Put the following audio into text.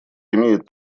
имеет